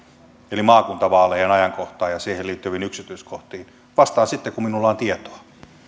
eli maakuntavaalien ajankohtaan ja siihen liittyviin yksityiskohtiin vastaan sitten kun minulla on tietoa